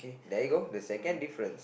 there you go the second difference